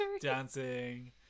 dancing